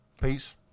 Peace